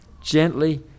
Gently